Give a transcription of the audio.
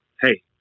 hey